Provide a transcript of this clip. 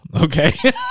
Okay